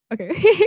Okay